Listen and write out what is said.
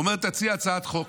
הוא אומר: תציע הצעת חוק.